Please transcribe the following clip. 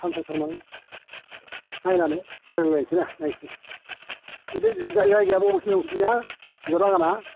सानसे थांनानै नायनानै रायज्लायलायनोसै ना नायनोसै बिदि जायगाया बबेखिनियाव नोंसोरनिया नोंना बागाना